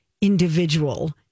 individual